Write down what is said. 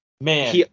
Man